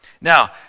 Now